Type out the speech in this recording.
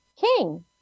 king